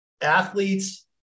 athletes